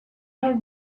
have